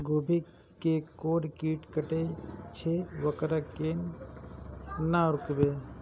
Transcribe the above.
गोभी के कोन कीट कटे छे वकरा केना रोकबे?